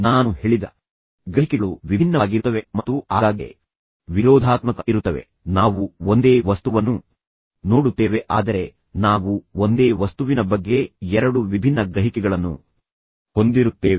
ನಾನು ಹೇಳಿದ ಗ್ರಹಿಕೆಗಳು ವಿಭಿನ್ನವಾಗಿರುತ್ತವೆ ಮತ್ತು ಆಗಾಗ್ಗೆ ವಿರೋಧಾತ್ಮಕ ಇರುತ್ತವೆ ನಾವು ಒಂದೇ ವಸ್ತುವನ್ನು ನೋಡುತ್ತೇವೆ ಆದರೆ ನಾವು ಒಂದೇ ವಸ್ತುವಿನ ಬಗ್ಗೆ ಎರಡು ವಿಭಿನ್ನ ಗ್ರಹಿಕೆಗಳನ್ನು ಹೊಂದಿರುತ್ತೇವೆ